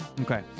Okay